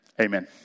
Amen